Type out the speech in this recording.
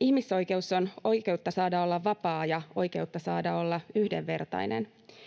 Ihmisoikeus on oikeutta saada olla vapaa ja oikeutta saada olla yhdenvertainen.